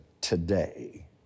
today